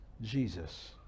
Jesus